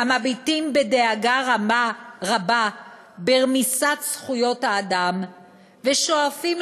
המביטים בדאגה רבה ברמיסת זכויות האדם ושואפים